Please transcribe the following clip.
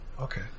okay